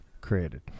created